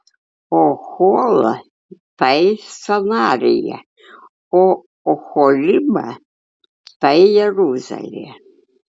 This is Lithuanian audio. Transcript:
ohola tai samarija o oholiba tai jeruzalė